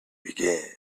begin